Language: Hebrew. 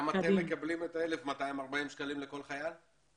גם אתם מקבלים את ה-1,240 שקלים לכל חייל?